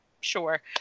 sure